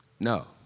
no